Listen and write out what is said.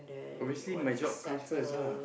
obviously my job comes first lah